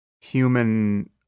human